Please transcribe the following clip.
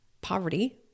poverty